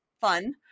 fun